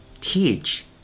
Teach